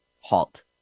halt